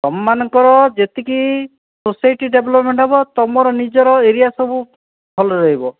ତୁମମାନଙ୍କର ଯେତିକି society development ହେବ ତୁମର ନିଜର ଏରିଆ ସବୁ ଭଲ ରହିବ